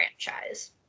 franchise